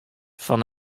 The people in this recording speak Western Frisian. fan